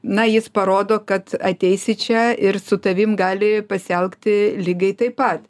na jis parodo kad ateisi čia ir su tavim gali pasielgti lygiai taip pat